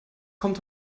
kommt